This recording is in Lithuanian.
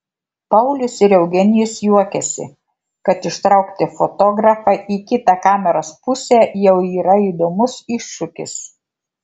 paulius ir eugenijus juokiasi kad ištraukti fotografą į kitą kameros pusę jau yra įdomus iššūkis